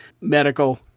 medical